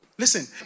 Listen